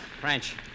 French